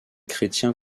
chrétiens